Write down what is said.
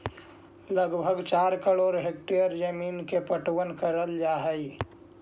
लगभग चार करोड़ हेक्टेयर जमींन के पटवन करल जा हई